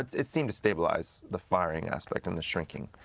it seemed to stabilize, the firing aspect and the shrinking.